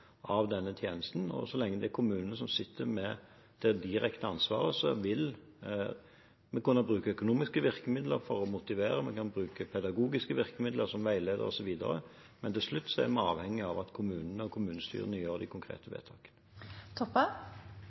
Så lenge det er kommunene som sitter med det direkte ansvaret, vil vi kunne bruke økonomiske virkemidler for å motivere, og vi kan bruke pedagogiske virkemidler som veiledere osv., men til slutt er vi avhengige av at kommunene og kommunestyrene gjør de konkrete